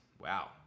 wow